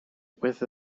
with